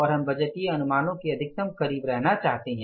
और हम बजटीय अनुमानों के अधिकतम करीब रहना चाहते है